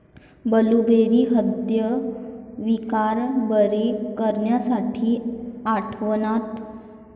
blueberry हृदयविकार बरे करण्यासाठी आढळतात